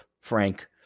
Frank